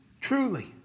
Truly